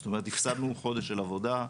זאת אומרת הפסדנו חודש של עבודה.